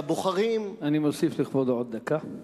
אני מוסיף לכבודו עוד דקה.